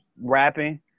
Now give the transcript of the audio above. rapping